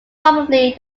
probably